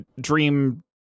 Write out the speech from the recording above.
Dream